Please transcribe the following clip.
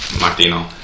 Martino